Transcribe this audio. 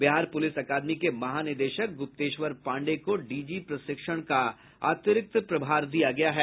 Bihar police academy के महानिदेशक गुप्तेश्वर पांडये को डीजी प्रशिक्षण का अतिरिक्त प्रभार दिया है